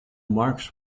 marks